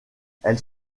elles